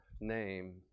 name